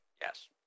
Yes